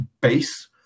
base